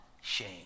shame